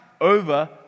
over